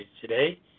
today